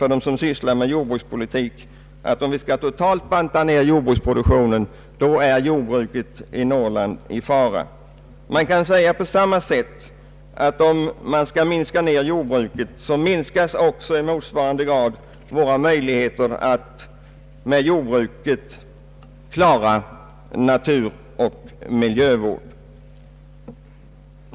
För alla som sysslar med jordbrukspolitik bör det inte vara någon hemlighet att jordbruket i Norrland är i fara om vi totalt sett skall banta ned jordbruksproduktionen. Om jordbruket bantas ned minskas också i motsvarande grad våra möjligheter att klara naturoch miljövården.